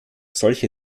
solche